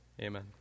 Amen